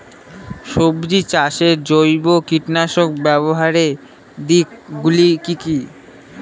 সবজি চাষে জৈব কীটনাশক ব্যাবহারের দিক গুলি কি কী?